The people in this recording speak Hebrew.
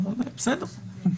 בסדר,